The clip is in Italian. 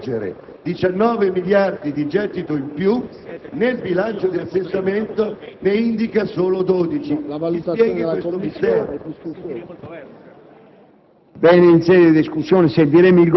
nella Nota di aggiornamento fa emergere 19 miliardi di gettito in più e nel bilancio di assestamento ne indica solo 12.